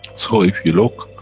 so if you look,